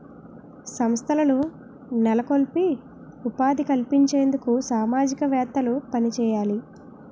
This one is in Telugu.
సంస్థలను నెలకొల్పి ఉపాధి కల్పించేందుకు సామాజికవేత్తలు పనిచేయాలి